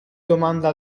domanda